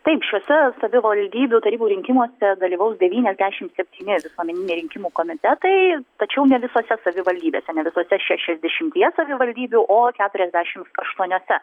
taip šiuose savivaldybių tarybų rinkimuose dalyvaus devyniasdešim septyni visuomeniniai rinkimų komitetai tačiau ne visose savivaldybėse ne visose šešiasdešimtyje savivaldybių o keturiasdešims aštuoniose